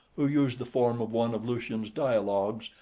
who used the form of one of lucian's dialogues,